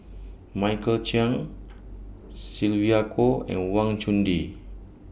Michael Chiang Sylvia Kho and Wang Chunde